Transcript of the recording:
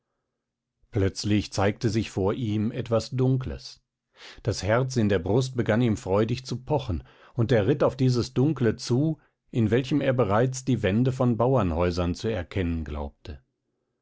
plötzlich zeigte sich vor ihm etwas dunkles das herz in der brust begann ihm freudig zu pochen und er ritt auf dieses dunkle zu in welchem er bereits die wände von bauernhäusern zu erkennen glaubte